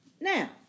Now